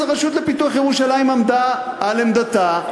אז הרשות לפיתוח ירושלים עמדה על עמדתה.